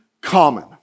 common